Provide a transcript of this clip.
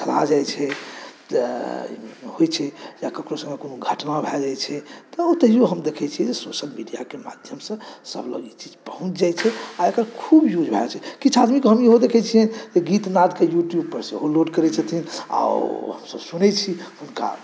भुतला जाइ छै तँ होइ छै या ककरो सङ्गे कोनो घटनो भऽ जाइ छै तऽ ओ तहिओ हम देखै छिए जे सोशल मीडियाके माध्यमसँ सबलग ई चीज पहुँचि जाइ छै आओर एकर खूब यूज भऽ रहल छै किछु आदमीके हम ईहो देखै छिए जे गीत नादके यूट्यूबपर सेहो लोड करै छथिन आओर ओ हमसब सुनै छी हुनका